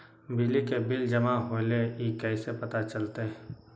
बिजली के बिल जमा होईल ई कैसे पता चलतै?